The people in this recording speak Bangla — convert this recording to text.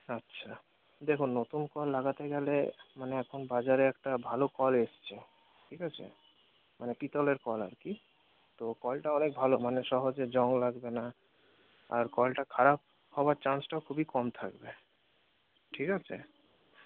আচ্ছা দেখুন নতুন কল লাগাতে গেলে মানে এখন বাজারে একটা ভালো কল এসেছে ঠিক আছে মানে পিতলের কল আর কি তো কলটা অনেক ভালো মানে সহজে জং লাগবে না আর কলটার খারাপ হওয়ার চান্সটা খুবই কম থাকবে ঠিক আছে